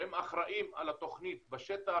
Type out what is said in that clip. שהם אחראים על התוכנית בשטח.